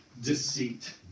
deceit